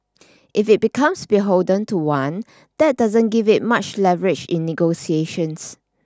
if it becomes beholden to one that doesn't give it much leverage in negotiations